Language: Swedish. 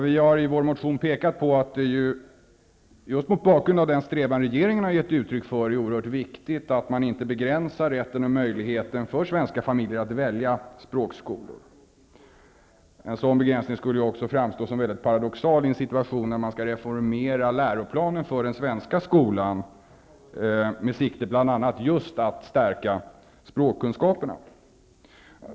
Vi har i vår motion pekat på att det just mot bakgrund av den strävan regeringen har givit uttryck för är oerhört viktigt att man inte begränsar rätten och möjligheten för svenska familjer att välja språkskolor. En sådan begränsning skulle också framstå som väldigt paradoxal i en situation när man skall reformera läroplanen för den svenska skolan med sikte bl.a. just på att stärka språkkunskaperna.